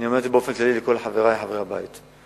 אני אומר את זה באופן כללי לכל חברי חברי הבית.